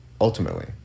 Ultimately